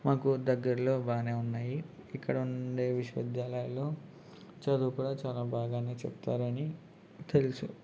మాకు దగ్గరలో బాగా ఉన్నాయి ఇక్కడ ఉండే విశ్వవిద్యాలయాలలో చదువు కూడా చాలా బాగా చెప్తారని తెలుసు